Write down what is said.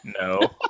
No